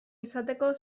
izateko